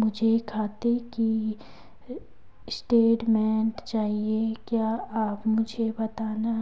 मुझे खाते की स्टेटमेंट चाहिए क्या आप मुझे बताना